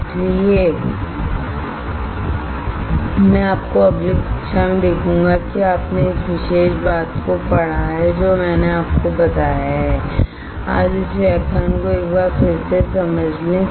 इसलिए मैं आपको अगली कक्षा में देखूंगा कि आपने इस विशेष बात को पढ़ा है जो मैंने आपको बताया है आज इस व्याख्यान को एक बार फिर से समझ लें